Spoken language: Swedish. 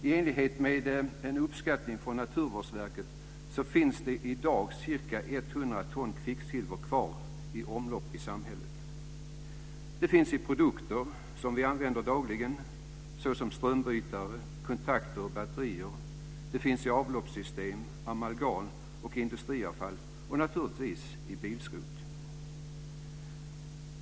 I enlighet med en uppskattning från Naturvårdsverket finns det i dag ca 100 ton kvicksilver kvar i omlopp i samhället. Det finns i produkter som vi använder dagligen, såsom strömbrytare, kontakter och batterier. Det finns i avloppssystem, amalgam och industriavfall. Naturligtvis finns det också i bilskrot.